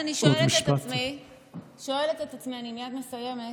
אני מייד מסיימת.